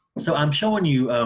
so i'm showing you